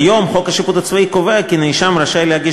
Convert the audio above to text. כיום חוק השיפוט הצבאי קובע כי נאשם רשאי להגיש